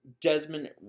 Desmond